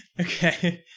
Okay